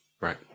Right